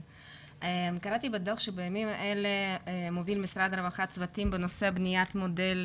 קראתי בדוח ש"בימים אלה מוביל משרד הרווחה צוותים בנושא בניית מודל